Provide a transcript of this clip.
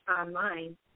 online